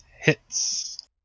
hits